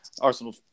Arsenal